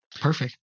Perfect